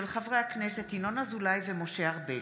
מאת חברי הכנסת אחמד טיבי ואוסאמה